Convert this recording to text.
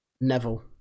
Neville